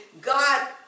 God